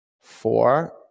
Four